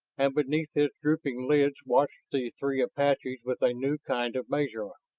and beneath his drooping lids watched the three apaches with a new kind of measurement.